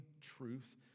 truth